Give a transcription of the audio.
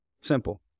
Simple